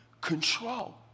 control